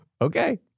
Okay